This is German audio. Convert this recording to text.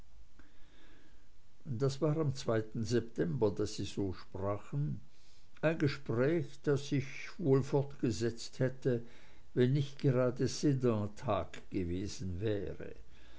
das war am september daß sie so sprachen ein gespräch das sich wohl fortgesetzt hätte wenn nicht gerade sedantag gewesen wäre